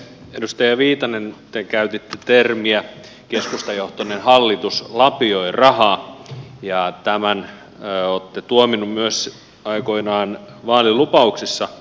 edustaja viitanen te käytitte termiä että keskustajohtoinen hallitus lapioi rahaa ja tämän olette tuominnut myös aikoinaan vaalilupauksissa